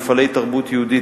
מפעלי תרבות יהודית,